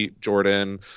Jordan